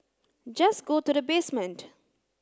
just go to the basement